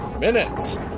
minutes